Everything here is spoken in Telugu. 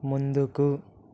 ముందుకు